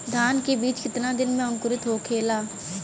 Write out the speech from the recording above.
धान के बिज कितना दिन में अंकुरित होखेला?